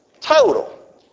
Total